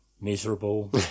miserable